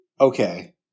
Okay